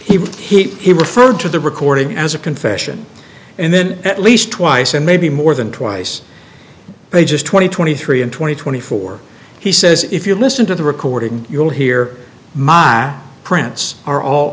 he he he referred to the recording as a confession and then at least twice and maybe more than twice pages twenty twenty three and twenty twenty four he says if you listen to the recording you'll hear my prints are all